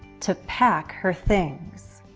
to pack her things.